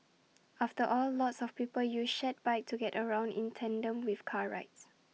after all lots of people use shared bikes to get around in tandem with car rides